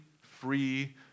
free